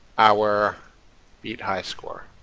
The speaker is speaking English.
our beat high score